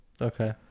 Okay